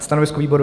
Stanovisko výboru?